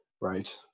right